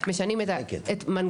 משנים את מנגנון